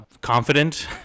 confident